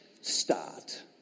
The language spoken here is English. start